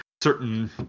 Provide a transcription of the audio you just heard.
certain